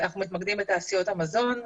אנחנו מתמקדים בתעשיות המזון,